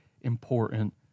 important